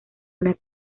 una